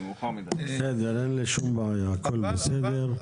בסדר, אין שום בעיה, הכול בסדר.